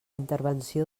intervenció